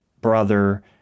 brother